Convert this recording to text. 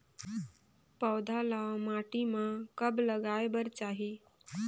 पौधा ल माटी म कब लगाए बर चाही?